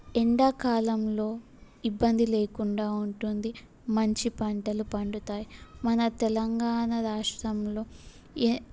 ఎండాకాలంలో ఇబ్బంది లేకుండా ఉంటుంది మంచి పంటలు పండుతాయి మన తెలంణగాణ రాష్ట్రంలో ఎ